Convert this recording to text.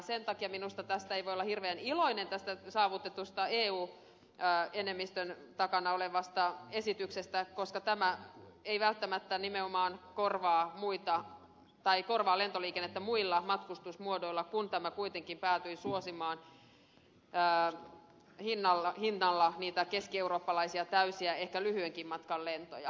sen takia minusta tästä saavutetusta esityksestä jolla on eu enemmistö takana ei voi olla hirveän iloinen koska tämä ei välttämättä nimenomaan korvaa lentoliikennettä muilla matkustusmuodoilla kun tämä kuitenkin päätyi suosimaan hinnalla niitä keskieurooppalaisia täysiä ehkä lyhyenkin matkan lentoja